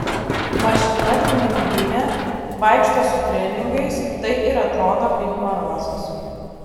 mašina tiuninginė vaikšto su treningais tai ir atrodo kaip marozas